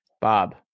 Bob